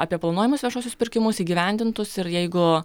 apie planuojamus viešuosius pirkimus įgyvendintus ir jeigu